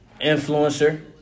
Influencer